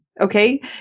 okay